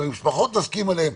דברים שפחות נסכים עליהם,